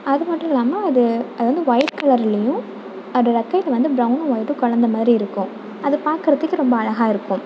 அது மட்டும் இல்லாமல் அது அது வந்து ஒயிட் கலர்லேயும் அது இறக்கைக்கு வந்து ப்ரௌனும் ஒயிட்டும் கலந்தமாதிரி இருக்கும் அது பார்க்குறதுக்கு ரொம்ப அழகாக இருக்கும்